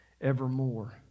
evermore